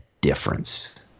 difference